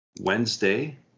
wednesday